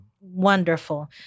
Wonderful